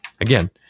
again